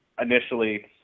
initially